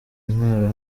intwaro